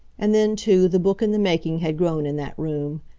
and then, too, the book-in-the-making had grown in that room.